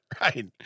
right